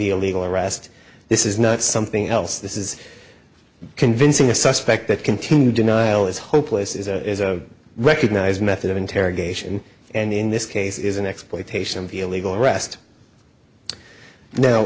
the illegal arrest this is not something else this is convincing a suspect that continued denial is hopeless is a recognized method of interrogation and in this case is an exploitation of the illegal arrest now